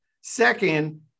Second